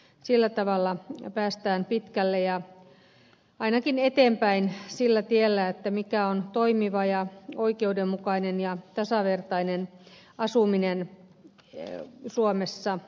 sillä tavalla päästään pitkälle ja ainakin eteenpäin sillä tiellä mikä on toimiva ja oikeudenmukainen ja tasavertainen asuminen suomessa